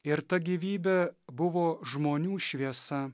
ir ta gyvybė buvo žmonių šviesa